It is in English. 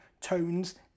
tones